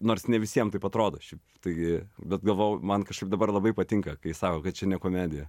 nors ne visiem taip atrodo šiaip tai bet galvoju man kažkaip dabar labai patinka kai sako kad čia ne komedija